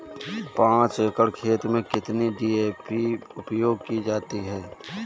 पाँच एकड़ खेत में कितनी डी.ए.पी उपयोग की जाती है?